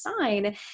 sign